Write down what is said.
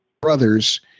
brothers